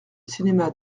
cinéma